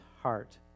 heart